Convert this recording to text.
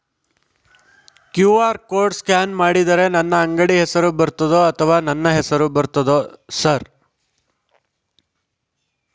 QR code scan ಮಾಡಿದರೆ ನನ್ನ ಅಂಗಡಿ ಹೆಸರು ಬರ್ತದೋ ಅಥವಾ ನನ್ನ ಹೆಸರು ಬರ್ತದ ಸರ್?